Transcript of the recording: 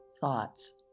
Thoughts